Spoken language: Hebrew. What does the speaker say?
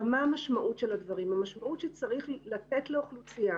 המשמעות של זה היא שצריך לתת לאוכלוסייה